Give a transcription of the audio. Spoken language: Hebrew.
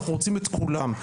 אנחנו רוצים את כולם.